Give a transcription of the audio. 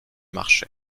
marché